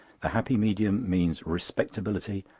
the happy medium means respectability,